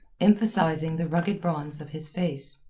emphasizing the rugged bronze of his face.